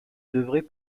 devrait